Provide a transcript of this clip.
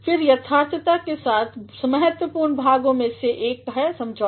फिर यथार्थता के सबसे महत्वपूर्ण भाग में से एक है समझौता